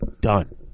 done